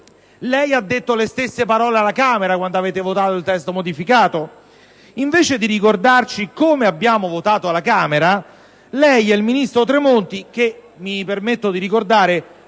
lei ha detto le stesse parole alla Camera quando avete votato il testo modificato? Invece di ricordarci come abbiamo votato alla Camera, lei e il ministro Tremonti - che, mi permetto di ricordare,